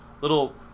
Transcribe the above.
little